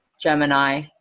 Gemini